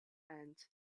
end